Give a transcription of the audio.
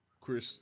Chris